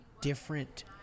different